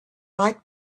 like